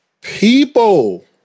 People